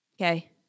Okay